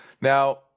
Now